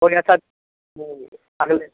हो गया शायद अगले